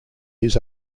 his